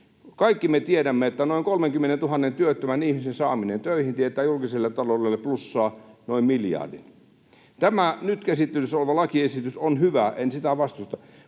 Kaikki me tiedämme, että noin 30 000 työttömän ihmisen saaminen töihin tietää julkiselle taloudelle plussaa noin miljardin. Tämä nyt käsittelyssä oleva lakiesitys on hyvä, enkä sitä vastusta.